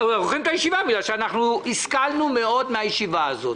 עורכים את הישיבה בגלל שאנחנו השכלנו מאוד מן הישיבה הזאת.